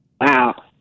Wow